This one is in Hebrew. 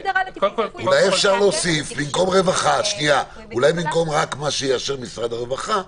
אולי אפשר להוסיף במקום רווחה אולי במקום רק מה שיאשר משרד הרווחה,